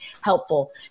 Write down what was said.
helpful